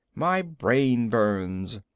my brain burns.